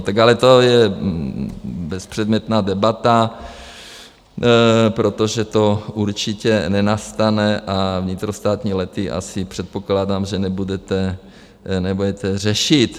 Tak ale to je bezpředmětná debata, protože to určitě nenastane a vnitrostátní lety asi předpokládám, že nebudete řešit.